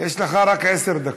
יש לך רק עשר דקות.